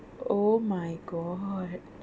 oh my god